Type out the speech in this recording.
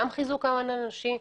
גם חיזוק ההון האנושי.